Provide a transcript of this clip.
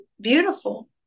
beautiful